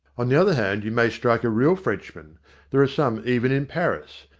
on the other hand, you may strike a real frenchman there are some even in paris.